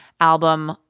album